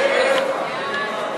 סליחה,